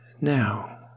now